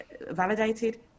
validated